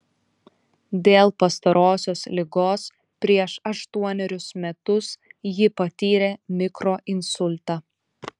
dėl pastarosios ligos prieš aštuonerius metus ji patyrė mikroinsultą